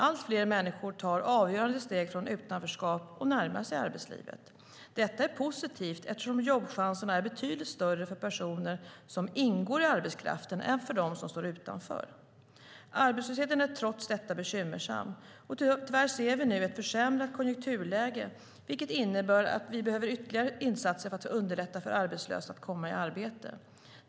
Allt fler människor tar avgörande steg från utanförskap och närmar sig arbetslivet. Detta är positivt eftersom jobbchanserna är betydligt större för personer som ingår i arbetskraften än för dem som står utanför. Arbetslösheten är trots detta bekymmersam, och tyvärr ser vi nu ett försämrat konjunkturläge, vilket innebär att vi behöver ytterligare insatser för att underlätta för arbetslösa att komma i arbete.